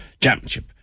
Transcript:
Championship